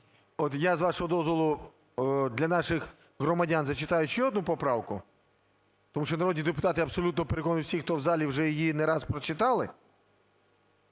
я, з вашого дозволу, для наших громадян зачитаю ще одну поправку, тому що народні депутати абсолютно переконують всіх, хто в залі, вже її не раз прочитали.